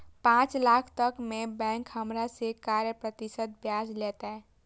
पाँच लाख तक में बैंक हमरा से काय प्रतिशत ब्याज लेते?